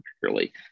particularly